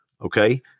okay